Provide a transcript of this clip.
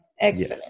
Excellent